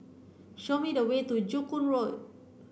show me the way to Joo Koon Road